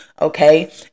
Okay